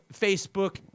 Facebook